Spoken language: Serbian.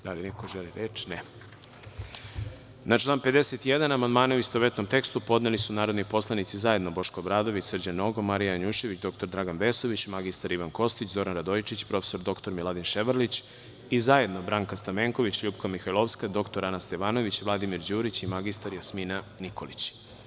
Da li neko želi reč? (Ne.) Na član 51. amandmane, u istovetnom tekstu, podneli su narodni poslanici zajedno Boško Obradović, Srđan Nogo, Marija Janjušević, dr Dragan Vesović, mr Ivan Kostić, Zoran Radojičić, prof. dr Miladin Ševarlić i zajedno Branka Stamenković, LJupka Mihajlovska, dr Ana Stevanović, Vladimir Đurić i mr Jasmina Nikolić.